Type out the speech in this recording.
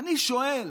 אני שואל: